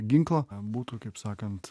ginklą būtų kaip sakant